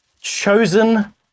chosen